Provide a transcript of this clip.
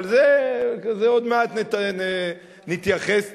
אבל לזה עוד מעט נתייחס טענה-טענה,